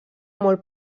molt